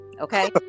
okay